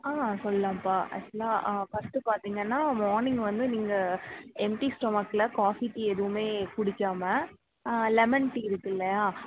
ஆ சொல்லலாம்ப்பா ஆக்ஷுவலாக ஃபர்ஸ்ட்டு பார்த்தீங்கன்னா மார்னிங் வந்து நீங்கள் எம்டி ஸ்டொமக்கில் காஃபி டீ எதுவுமே குடிக்காமல் லெமன் டீ இருக்குதில்லையா